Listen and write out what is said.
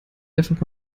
einfach